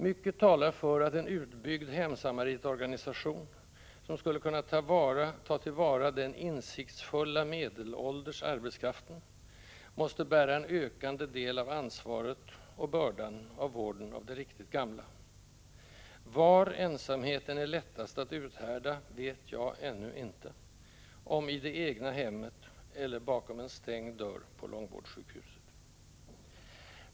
Mycket talar för att en utbyggd hemsamaritorganisation — som skulle kunna ta till vara den insiktsfulla medelålders arbetskraften — måste bära en ökande del av ansvaret och bördan av vården av de riktigt gamla. Var ensamheten är lättast att uthärda vet jag ännu inte: i det egna hemmet eller bakom en stängd dörr på långvårdssjukhuset.